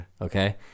Okay